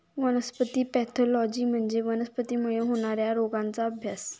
वनस्पती पॅथॉलॉजी म्हणजे वनस्पतींमुळे होणार्या रोगांचा अभ्यास